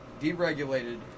deregulated